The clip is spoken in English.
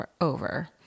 over